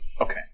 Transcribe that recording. Okay